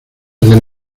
del